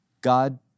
God